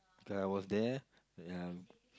cause I was there ya